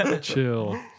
chill